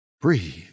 Breathe